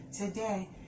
today